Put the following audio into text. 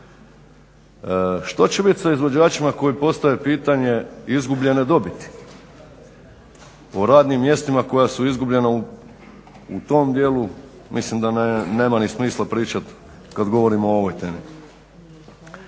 Što će bit sa izvođačima koji postavljaju pitanje izgubljene dobiti o radnim mjestima koja su izgubljena u tom dijelu, mislim da nema ni smisla pričat kada govorimo o ovoj temi.